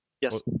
yes